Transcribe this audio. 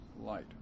light